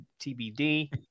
TBD